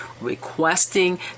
requesting